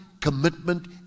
commitment